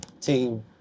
team